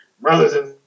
Brothers